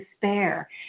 despair